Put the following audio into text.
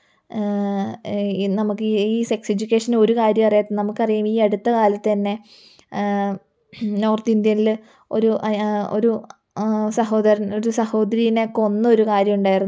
നമുക്ക് ഈ ഈ സെക്സ് എഡ്യൂക്കേഷന് ഒരു കാര്യം അറിയാ നമുക്കറിയാം ഈ അടുത്തകാലത്ത് തന്നെ നോർത്ത് ഇന്ത്യയില് ഒരു അ ഒരു സഹോദരൻ ഒരു സഹോദരീനെ കൊന്ന ഒരു കാര്യമുണ്ടായിരുന്നു